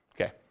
Okay